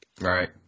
Right